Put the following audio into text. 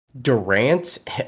Durant